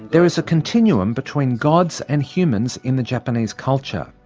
there is a continuum between gods and humans in the japanese culture.